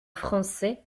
français